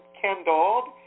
kindled